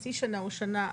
חצי שנה או שנה,